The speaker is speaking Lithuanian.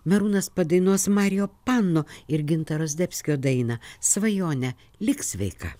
merūnas padainuos mario pano ir gintaro zdebskio dainą svajone lik sveika